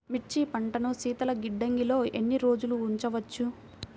మిర్చి పంటను శీతల గిడ్డంగిలో ఎన్ని రోజులు ఉంచవచ్చు?